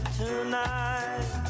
tonight